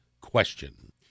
question